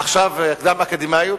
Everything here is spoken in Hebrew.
עכשיו המכינות הקדם-אקדמיות,